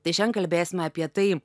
tai šiandien kalbėsime apie tai